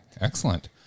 excellent